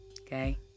Okay